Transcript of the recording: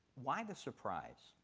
why the surprise,